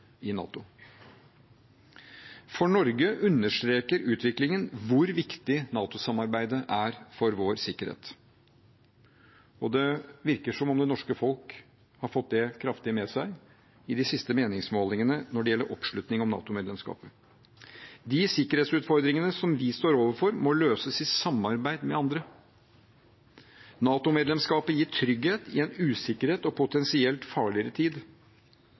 i NATO. For Norge understreker utviklingen hvor viktig NATO-samarbeidet er for vår sikkerhet. Det virker, ifølge de siste meningsmålingene når det gjelder oppslutning om NATO-medlemskap, som at det norske folk har fått det kraftig med seg. De sikkerhetsutfordringene vi står overfor, må løses i samarbeid med andre. NATO-medlemskapet gir trygghet i en usikker og potensielt farligere tid.